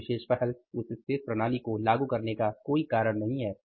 उस विशेष पहल उस विशेष प्रणाली को लागू करने का कोई कारण नहीं है